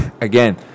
Again